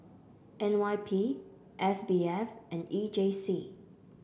N Y P S B F and E J C